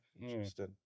interesting